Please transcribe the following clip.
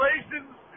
Congratulations